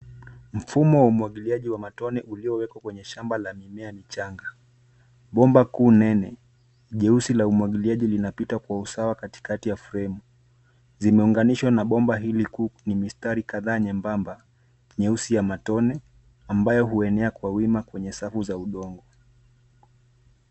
Mfumo wa umwagiliaji wa matone uliowekwa kwenye shamba la mimea michanga. Bomba kuu nene nyeusi ya umwagiliaji linapita kwa usawa katikati ya fremu, zimeunganishwa na bomba hii kuu kwenye mistari kadhaa nyembamba nyeusi ya matone ambayo huenea kwa wima kwenye safu za udongo.